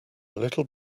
little